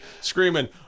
screaming